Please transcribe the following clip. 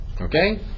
Okay